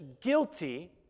guilty